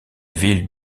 ville